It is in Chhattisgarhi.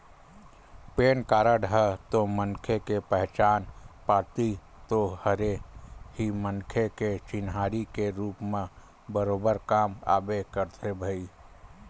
पेन कारड ह तो मनखे के पहचान पाती तो हरे ही मनखे के चिन्हारी के रुप म बरोबर काम आबे करथे भई